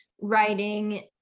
writing